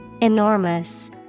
Enormous